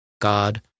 God